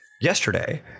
yesterday